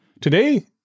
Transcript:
today